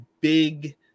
big